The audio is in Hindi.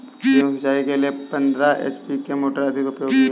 गेहूँ सिंचाई के लिए पंद्रह एच.पी की मोटर अधिक उपयोगी है?